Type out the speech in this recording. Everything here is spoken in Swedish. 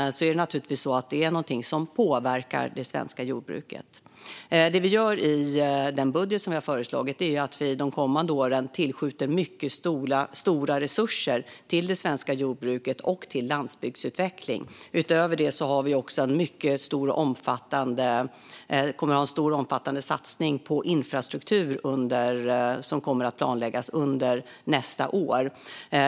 Detta påverkar naturligtvis det svenska jordbruket. Det vi gör i den budget som vi har föreslagit är att vi de kommande åren tillskjuter mycket stora resurser till det svenska jordbruket och till landsbygdsutveckling. Utöver det har vi en omfattande satsning på infrastruktur som kommer att planläggas under nästa år.